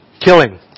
killing